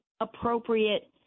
appropriate